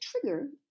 trigger